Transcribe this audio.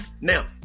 Now